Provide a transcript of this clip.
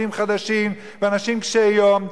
עולים חדשים ואנשים קשי יום.